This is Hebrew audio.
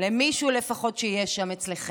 למישהו לפחות שתהיה אצלכם.